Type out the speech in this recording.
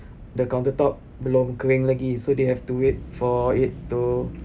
the counter top belum kering lagi so they have to wait for it to